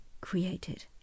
created